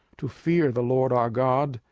to fear the lord our god,